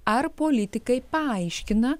ar politikai paaiškina